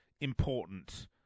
important